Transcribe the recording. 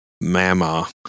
Mama